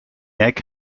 egg